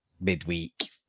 midweek